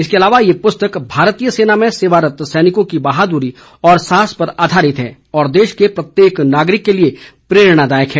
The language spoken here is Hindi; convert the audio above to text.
इसके अलावा ये पुस्तक भारतीय सेना में सेवारत्त सैनिकों की बहादुरी व साहस पर आधारित है और देश के प्रत्येक नागरिक के लिए प्रेरणा दायक है